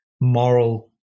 moral